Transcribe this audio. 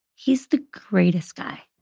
he's the greatest guy.